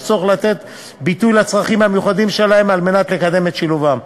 צורך לתת ביטוי לצרכים המיוחדים שלהן כדי לקדם את שילובן.